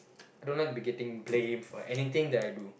I don't like to be getting blame for anything that I do